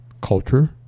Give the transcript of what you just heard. culture